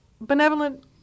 benevolent